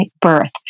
birth